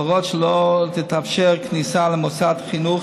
להורות שלא תתאפשר כניסה למוסד חינוך